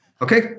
okay